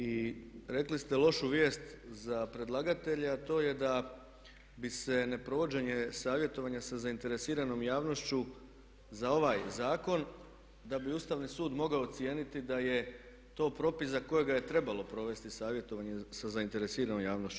I rekli ste lošu vijest za predlagatelje, a to je da bi se neprovođenje savjetovanja sa zainteresiranom javnošću za ovaj zakon da bi Ustavni sud mogao ocijeniti da je to propis za kojega je trebalo provesti savjetovanje sa zainteresiranom javnošću.